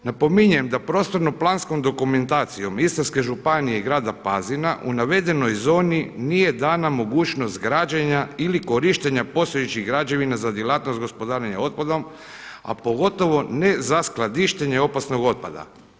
Napominjem da prostorno planskom dokumentacijom Istarske županije i grada Pazina u navedenoj zoni nije dana mogućnost građena ili korištenja poslovničkih građevina za djelatnost gospodarenja otpadom a pogotovo ne za skladištenje opasnog otpada.